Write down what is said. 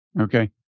Okay